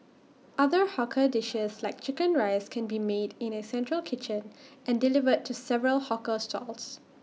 other hawker dishes like Chicken Rice can be made in A central kitchen and delivered to several hawker stalls